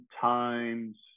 times